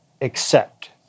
accept